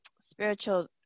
spiritual